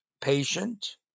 patient